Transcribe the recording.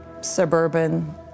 suburban